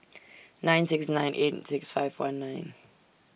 nine six nine eight six five one nine